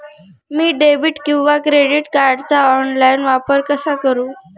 मी debit किंवा credit कार्डचा online वापर कसा करु?